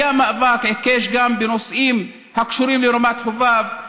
היה מאבק עיקש גם בנושאים הקשורים לרמת חובב.